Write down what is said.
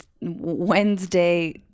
Wednesday